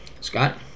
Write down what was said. Scott